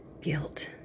guilt